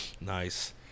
Nice